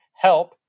help